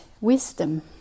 wisdom